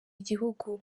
igihugu